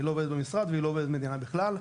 היא לא עובדת במשרד והיא לא מדינה בכלל.